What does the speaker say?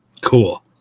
cool